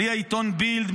בלי העיתון בילד,